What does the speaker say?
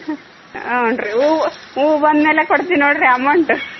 ಹ್ಞೂ ರೀ ಹೂವು ಹೂವು ಹೂವು ಬಂದಮೇಲೆ ಕೊಡ್ತೀವಿ ನೋಡಿರಿ ಅಮೌಂಟು